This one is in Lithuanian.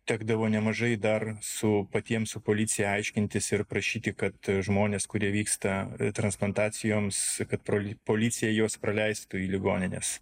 tekdavo nemažai dar su patiems su policija aiškintis ir prašyti kad žmonės kurie vyksta transplantacijoms kad pralei policija juos praleistų į ligonines